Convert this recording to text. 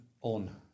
on